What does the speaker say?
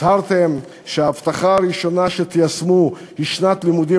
הצהרתם שההבטחה הראשונה שתיישמו היא שנת לימודים